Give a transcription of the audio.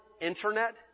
internet